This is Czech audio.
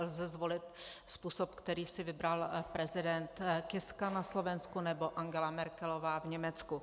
Lze zvolit způsob, který si vybral prezident Kiska na Slovensku nebo Angela Merkelová v Německu.